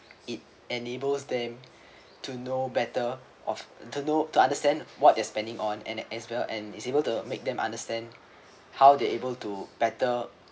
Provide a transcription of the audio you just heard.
it enables them to know better of to know to understand what they're spending on an as well and is able to make them understand how they able to better